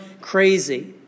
crazy